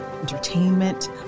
entertainment